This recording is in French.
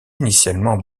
initialement